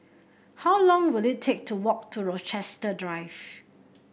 how long will it take to walk to Rochester Drive